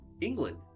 England